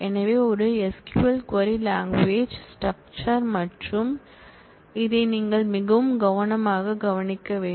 எனவே ஒரு SQL query language structure மற்றும் இதை நீங்கள் மிகவும் கவனமாகக் கவனிக்க வேண்டும்